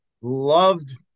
loved